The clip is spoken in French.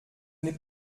n’est